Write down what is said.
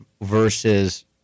versus